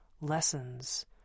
lessons